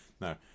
No